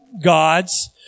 gods